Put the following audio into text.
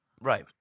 Right